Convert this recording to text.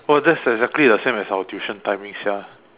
!wah! that's excatly the same as our tuition timing sia